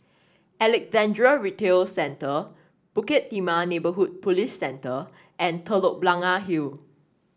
Alexandra Retail Centre Bukit Timah Neighbourhood Police Centre and Telok Blangah Hill